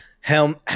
helm